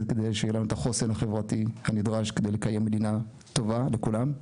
כדי שיהיה לנו את החוסן החברתי הנדרש כדי לקיים מדינה טובה לכולם.